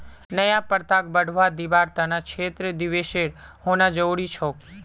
नया प्रथाक बढ़वा दीबार त न क्षेत्र दिवसेर होना जरूरी छोक